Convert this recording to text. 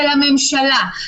כשאני שאלתי את השאלה הזאת,